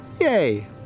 Yay